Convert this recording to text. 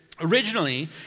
Originally